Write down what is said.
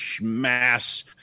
mass